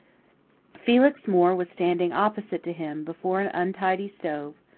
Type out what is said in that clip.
felix moore was standing opposite to him, before an untidy stove,